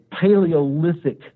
Paleolithic